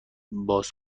باز